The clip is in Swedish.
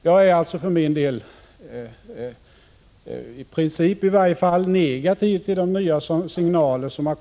Jag är alltså för min del, i princip i varje fall, negativ till de nya signaler som Prot.